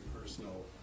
personal